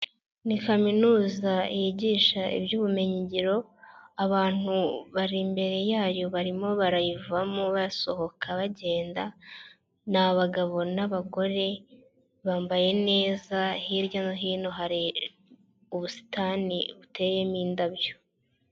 Ni kaminuza yigisha iby'ubumenyi ngiro, abantu bari imbere yayo barimo barayivamo basohoka bagenda, ni abagabo n'abagore bambaye neza hirya no hino hari ubusitani buteyemo indabyo.